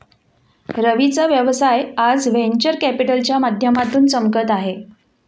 रवीचा व्यवसाय आज व्हेंचर कॅपिटलच्या माध्यमातून चमकत आहे